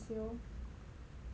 mm